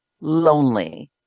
lonely